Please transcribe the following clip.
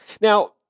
Now